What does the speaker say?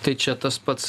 tai čia tas pats